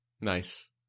Nice